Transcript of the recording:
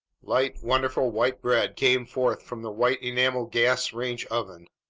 light, wonderful white bread came forth from the white-enamel gas-range oven,